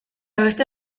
beste